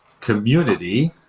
community